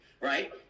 right